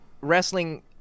wrestling